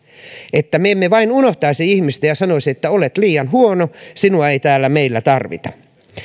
että me emme vain unohtaisi ihmistä ja sanoisi että olet liian huono sinua ei täällä meillä tarvita